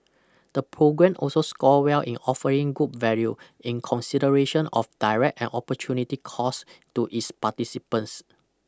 the programme also scored well in offering good value in consideration of direct and opportunity cost to its participants